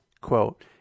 Quote